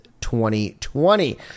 2020